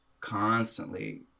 constantly